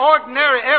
ordinary